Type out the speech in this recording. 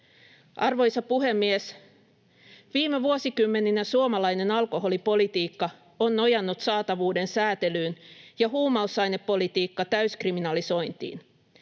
Arvoisa puhemies! Viime vuosikymmeninä suomalainen alkoholipolitiikka on nojannut saatavuuden säätelyyn ja huumausainepolitiikka täyskriminalisointiin.